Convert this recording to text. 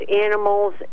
animals